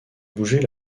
bouger